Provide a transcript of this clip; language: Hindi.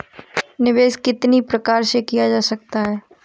निवेश कितनी प्रकार से किया जा सकता है?